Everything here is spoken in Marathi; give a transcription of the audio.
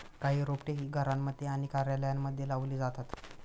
काही रोपटे ही घरांमध्ये आणि कार्यालयांमध्ये लावली जातात